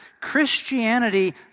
Christianity